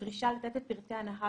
דרישה לתת את פרטי הנהג.